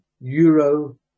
euro